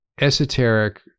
esoteric